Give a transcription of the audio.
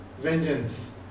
vengeance